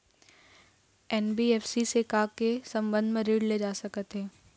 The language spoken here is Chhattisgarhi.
एन.बी.एफ.सी से का का के संबंध म ऋण लेहे जा सकत हे?